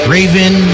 Raven